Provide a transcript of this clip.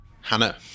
Hannah